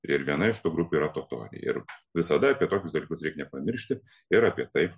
ir viena iš tų grupių yra tuotų ir visada apie tokius dalykus reik nepamiršti ir apie tai